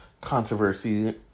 controversy